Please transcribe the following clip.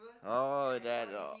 oh that oh